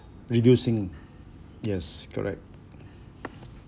reducing yes correct